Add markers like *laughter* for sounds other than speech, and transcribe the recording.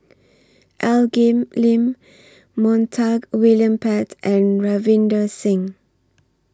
Al *unintelligible* Lim Montague William Pett and Ravinder Singh